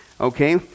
Okay